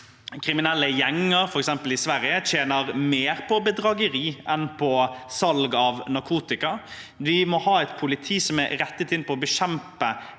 kriminelle gjenger, f.eks. i Sverige, tjener mer på bedrageri enn på salg av narkotika. Vi må ha et politi som er rettet inn mot å bekjempe